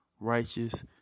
righteous